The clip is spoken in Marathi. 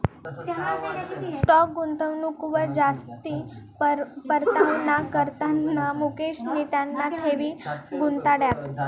स्टाॅक गुंतवणूकवर जास्ती परतावाना करता मुकेशनी त्याना ठेवी गुताड्यात